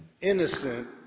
innocent